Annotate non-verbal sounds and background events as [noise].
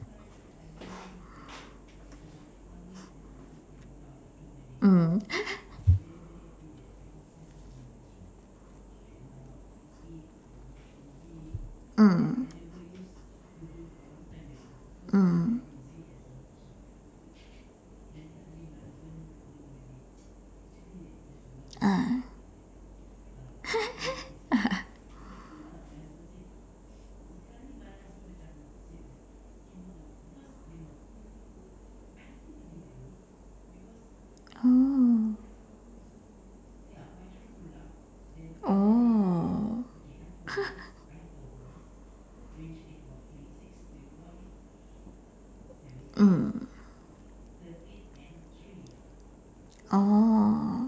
mm [laughs] mm mm ah [laughs] oh oh [laughs] mm oh